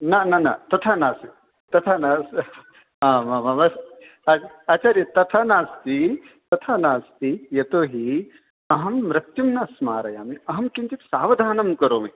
न न न तथा नास् तथा न आम् आम् आम् आ आचार्य तथा नास्ति तथा नास्ति यतोहि अहं मृत्युं न स्मारयामि अहं किञ्चित् सावधानं करोमि